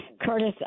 Curtis